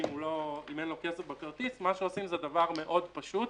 אם אין לו כסף בכרטיס מה שעושים זה דבר מאוד פשוט.